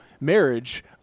marriage